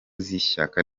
z’ishyaka